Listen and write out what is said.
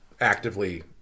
actively